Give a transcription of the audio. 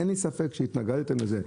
אין לי ספק שהתנגדתם לזה,